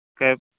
ꯀꯩ